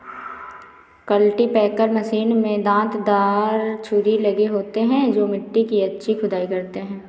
cultipacker machine में दांत दार छुरी लगे होते हैं जो मिट्टी की अच्छी खुदाई करते हैं